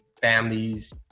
families